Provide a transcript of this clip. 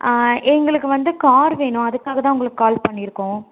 ஆ எங்களுக்கு வந்து கார் வேணும் அதுக்காக தான் உங்களுக்கு கால் பண்ணி இருக்கோம்